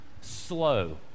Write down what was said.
slow